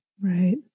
Right